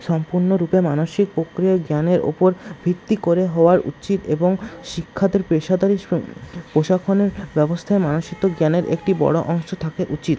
সম্পূর্ণরূপে মানসিক প্রক্রিয়া ও জ্ঞানের উপর ভিত্তি করে হওয়া উচিত এবং শিক্ষাদের পেশাদারি প্রশিক্ষণের ব্যবস্থায় জ্ঞানের একটি বড় অংশ থাকা উচিত